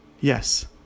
Yes